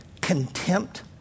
contempt